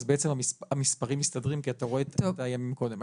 אז בעצם המספרים מסתדרים כי אתה רואה את הימים קודם.